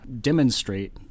demonstrate